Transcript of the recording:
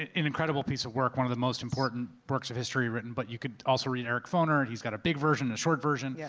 an incredible piece of work, one of the most important works of history written. but you can also read eric foner, and he's got a big version and a short version. yeah